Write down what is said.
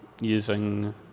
using